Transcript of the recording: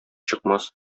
чыкмас